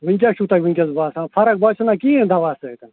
وٕنۍ کیٛاہ چھُو تۄہہِ وٕنۍکٮ۪س باسان فرق باسیو نہ کِہیٖنۍ دوا سۭتۍ